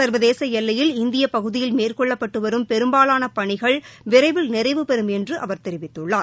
சா்வதேச எல்லையில் இந்தியப் பகுதியில் மேற்கொள்ளப்பட்டு வரும் பெரும்பாலான பணிகள் விரைவில் நிறைவு பெறும் என்று அவர் தெரிவித்துள்ளார்